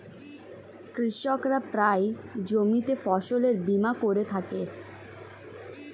কৃষকরা প্রায়ই জমিতে ফসলের বীমা করে থাকে